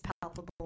palpable